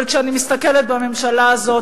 אבל כשאני מסתכלת בממשלה הזאת,